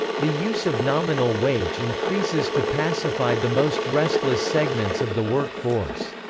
the use of nominal wage increases to pacify the most restless segments of the work force.